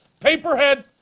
Paperhead